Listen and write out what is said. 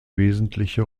wesentliche